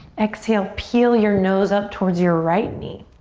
exhale, peel your nose up towards your right knee.